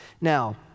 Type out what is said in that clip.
Now